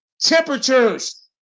temperatures